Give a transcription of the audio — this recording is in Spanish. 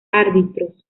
árbitros